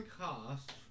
cast